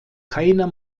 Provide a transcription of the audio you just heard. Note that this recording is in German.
keiner